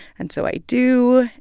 and so i do.